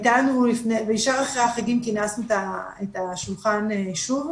ישר אחרי החגים כינסנו את השולחן שוב,